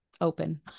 open